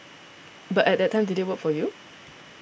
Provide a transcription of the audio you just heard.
but at that time did it work for you